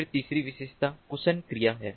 फिर तीसरी विशेषता कुसंक्रिया है